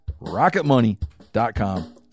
Rocketmoney.com